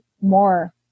more